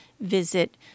visit